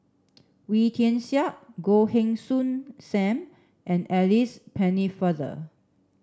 Wee Tian Siak Goh Heng Soon Sam and Alice Pennefather